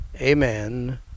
amen